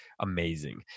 amazing